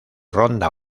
ronda